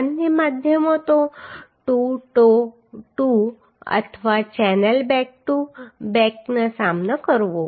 અન્ય માધ્યમો toe to toe અથવા ચેનલ બેક ટુ બેકનો સામનો કરવો